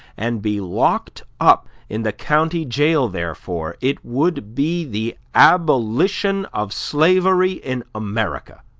and be locked up in the county jail therefor, it would be the abolition of slavery in america.